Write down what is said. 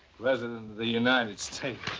president of the united states.